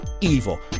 evil